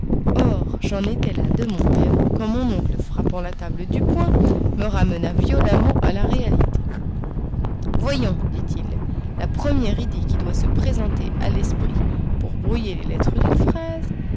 or j'en étais là de mon rêve quand mon oncle frappant la table du poing me ramena violemment à la réalité voyons dit-il la première idée qui doit se présenter à l'esprit pour brouiller les lettres d'une phrase